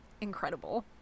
incredible